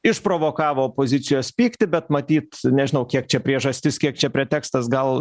išprovokavo opozicijos pyktį bet matyt nežinau kiek čia priežastis kiek čia pretekstas gal